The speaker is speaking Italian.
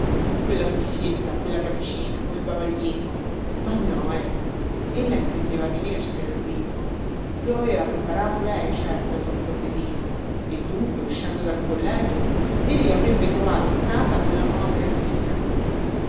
quella cuffietta quella camicina quel bavaglino ma no ecco ella intendeva tenerselo il bimbo lo aveva preparato lei certo quel corredino e dunque uscendo dal collegio egli avrebbe trovato in casa quella nuova creaturina